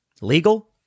legal